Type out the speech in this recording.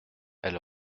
elle